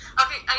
okay